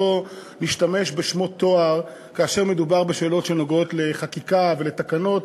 לא נשתמש בשמות תואר כאשר מדובר בשאלות שנוגעות לחקיקה ולתקנות.